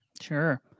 Sure